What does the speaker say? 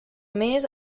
més